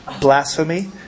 blasphemy